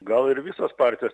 gal ir visos partijos